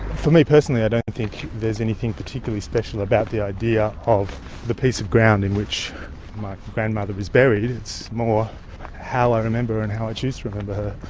for me personally i don't think there's anything particularly special about the idea of the piece of ground in which my grandmother was buried, it's more how i remember and how i choose to remember her.